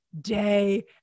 day